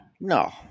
No